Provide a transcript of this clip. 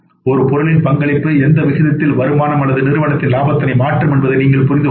ஒரு பொருளின் பங்களிப்பு எந்த விகிதத்தில் வருமானம் அல்லது நிறுவனத்தின் லாபத்தினை மாற்றும் என்பதை நீங்கள் புரிந்து கொள்ளலாம்